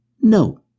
No